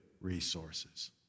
resources